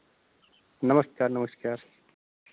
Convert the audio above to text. नमस्कार नमस्कार